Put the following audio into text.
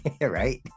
Right